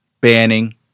banning